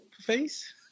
face